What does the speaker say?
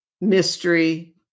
mystery